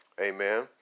Amen